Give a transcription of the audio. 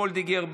מיכל וולדיגר,